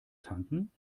tanken